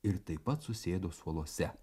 ir taip pat susėdo suoluose